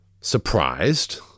surprised